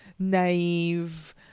naive